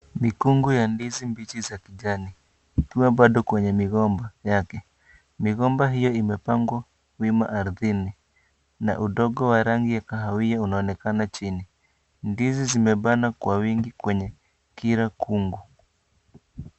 Mikungu ya ndizi mbichi za kijani ikiwa bado kwenye migomba yake. Migomba hiyo imepangwa wima ardhini na udongo wa rangi ya kahawia unaonekana chini. Ndizi zimepana Kwa wingi kwenye kila kungu.